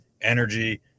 energy